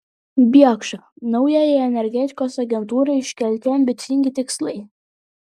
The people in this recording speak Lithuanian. biekša naujajai energetikos agentūrai iškelti ambicingi tikslai